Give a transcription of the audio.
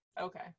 Okay